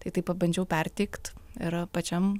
tai tai pabandžiau perteikt yra pačiam